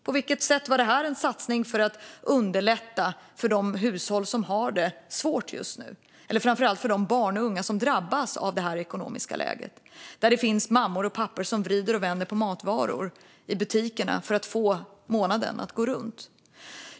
På vilket sätt var detta en satsning för att underlätta för de hushåll som har det svårt just nu, eller framför allt för de barn och unga som drabbas av det ekonomiska läget? Det finns mammor och pappor som vrider och vänder på matvaror i butikerna för att få det att gå runt under månaden.